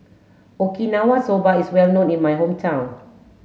Okinawa Soba is well known in my hometown